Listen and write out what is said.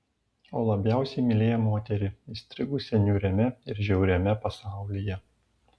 o labiausiai mylėjo moterį įstrigusią niūriame ir žiauriame pasaulyje